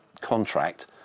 contract